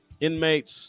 inmates